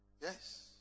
Yes